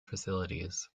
facilities